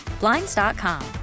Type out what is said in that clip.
Blinds.com